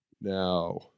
Now